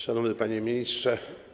Szanowny Panie Ministrze!